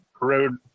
road